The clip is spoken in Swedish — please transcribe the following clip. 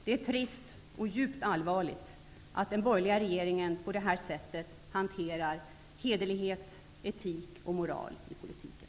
Det är trist och djupt allvarligt att den borgerliga regeringen på det här sättet hanterar hederlighet, etik och moral i politiken.